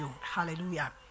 Hallelujah